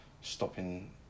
stopping